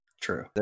true